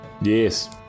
yes